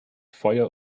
feuer